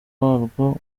warwo